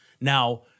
Now